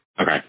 Okay